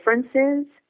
differences